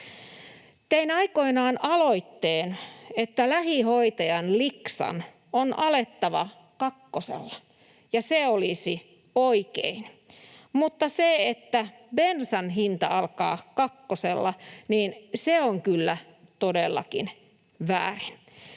Tein aikoinaan aloitteen, että lähihoitajan liksan on alettava kakkosella, ja se olisi oikein, mutta se, että bensan hinta alkaa kakkosella, on kyllä todellakin väärin.